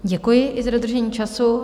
Děkuji i za dodržení času.